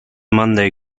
monday